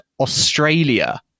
Australia